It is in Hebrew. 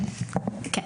גם